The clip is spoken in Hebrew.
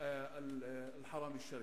"אל-חרם א-שריף".